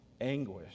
anguish